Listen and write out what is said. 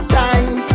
time